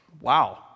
Wow